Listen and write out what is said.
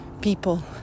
people